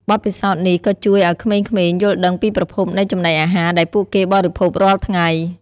បទពិសោធន៍នេះក៏ជួយឱ្យក្មេងៗយល់ដឹងពីប្រភពនៃចំណីអាហារដែលពួកគេបរិភោគរាល់ថ្ងៃ។